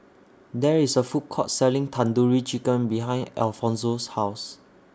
There IS A Food Court Selling Tandoori Chicken behind Alfonzo's House